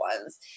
ones